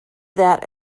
that